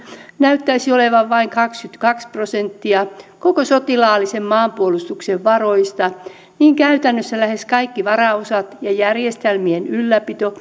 näyttäisi olevan vain kaksikymmentäkaksi prosenttia koko sotilaallisen maanpuolustuksen varoista niin käytännössä lähes kaikki varaosat ja järjestelmien ylläpito